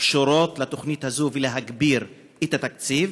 הקשורות לתוכנית הזאת ולהגדיל את התקציב?